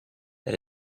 that